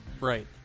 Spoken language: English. Right